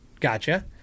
gotcha